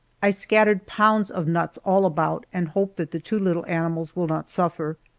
i scattered pounds of nuts all about and hope that the two little animals will not suffer.